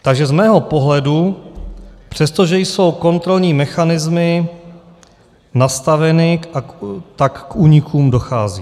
Takže z mého pohledu, přestože jsou kontrolní mechanismy nastaveny, tak k únikům dochází.